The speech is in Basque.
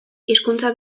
hizkuntza